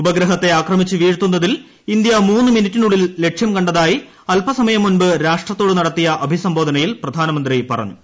ഉപഗ്രഹത്തെ ആക്രമിച്ച് വീഴ്ത്തുന്നതിൽ ഇന്ത്യ മൂന്ന് മിനിറ്റിനുളളിൽ ലക്ഷ്യം കണ്ടതായി അല്പസമയം മുമ്പ് രാഷ്ട്രത്തോട് നടത്തിയ അഭിസംബോധനയിൽ പ്രധാനമന്ത്രി പറഞ്ഞു